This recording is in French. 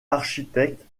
architectes